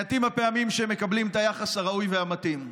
מעטות הפעמים שהן מקבלות את היחס הראוי והמתאים.